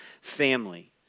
family